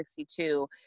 1962